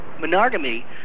monogamy